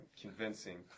convincing